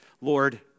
Lord